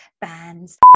bands